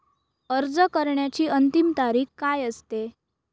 अर्ज करण्याची अंतिम तारीख काय असते?